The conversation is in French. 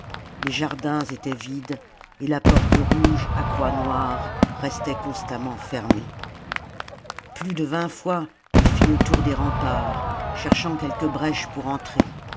salammbo jardins étalent vides et la porte rouge à croix noire restait constamment fermée plus de vingt fois il fit le tour des remparts cherchant quelque brèche pour entrer